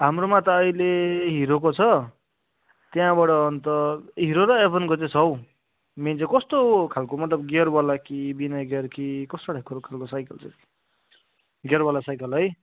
हाम्रोमा त अहिले हिरोको छ त्यहाँबाट अन्त हिरो र एभनको चाहिँ छ हो मेन चाहिँ कस्तो खालको मतलब गियर वाला कि बिना गियर कि कस्तो टाइपकोहरू साइकल चाहिँ गियर वाला साइकल है